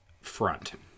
front